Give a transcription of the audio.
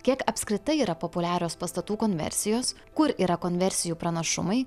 kiek apskritai yra populiarios pastatų konversijos kur yra konversijų pranašumai